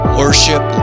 worship